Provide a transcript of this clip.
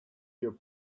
your